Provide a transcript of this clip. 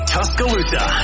Tuscaloosa